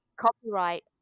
copyright